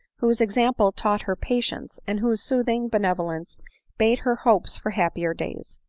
whose ex ample taught her patience, and whose soothing benevo lence bade her hope for happier days.